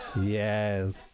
Yes